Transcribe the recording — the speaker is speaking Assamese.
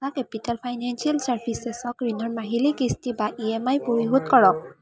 টাটা কেপিটেল ফাইনেন্সিয়েল চাৰ্ভিচেছক ঋণৰ মাহিলি কিস্তি বা ই এম আই পৰিশোধ কৰক